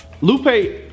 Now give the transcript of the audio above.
Lupe